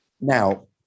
Now